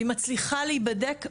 היא מצליחה להיבדק,